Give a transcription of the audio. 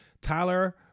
Tyler